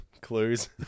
clues